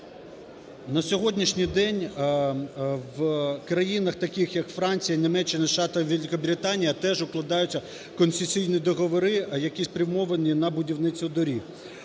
На сьогоднішній день в країнах, таких як Франція, Німеччина, США та Великобританія, теж укладаються концесійні договори, які спрямовані на будівництво доріг.